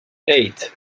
eight